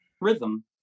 rhythm